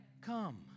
Come